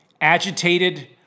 agitated